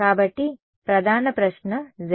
కాబట్టి ప్రధాన ప్రశ్న Za